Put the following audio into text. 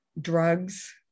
drugs